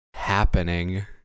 Happening